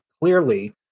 clearly